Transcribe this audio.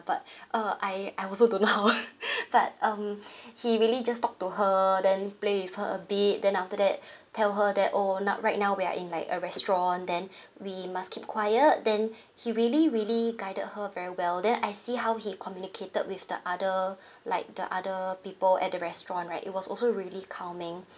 but uh I I also don't know how but um he really just talk to her then play with her a bit then after that tell her that oh now right now we are in like a restaurant then we must keep quiet then he really really guided her very well then I see how he communicated with the other like the other people at the restaurant right it was also really calming